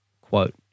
quote